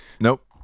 nope